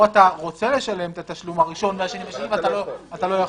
שאתה רוצה לשלם את התשלום הראשון והשני והשלישי ואתה לא יכול.